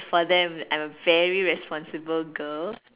for them I'm a very responsible girl